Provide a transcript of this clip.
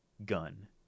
gun